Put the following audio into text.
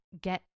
get